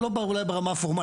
לא ברמה הפורמלית.